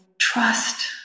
trust